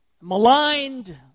maligned